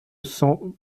cent